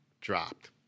dropped